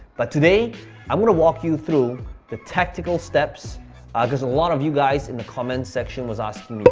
but today i'm gonna walk you through the tactical steps ah cause a lot of you guys in the comments section was asking me,